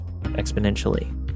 exponentially